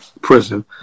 prison